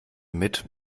mit